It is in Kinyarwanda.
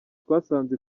twasanze